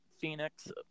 Phoenix